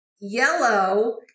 Yellow